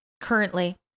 currently